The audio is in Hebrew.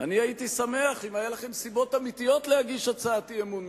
אני הייתי שמח אם היו לכם סיבות אמיתיות להגיש הצעת אי-אמון,